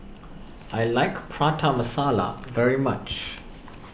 I like Prata Masala very much